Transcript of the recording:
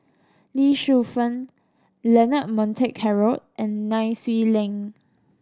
Lee Shu Fen Leonard Montague Harrod and Nai Swee Leng